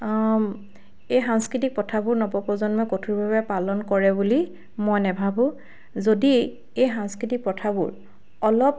এই সাংস্কৃতিক প্ৰথাবোৰ নৱপ্ৰজন্মই কঠোৰভাৱে পালন কৰে বুলি মই নেভাবোঁ যদি এই সাংস্কৃতিক প্ৰথাবোৰ অলপ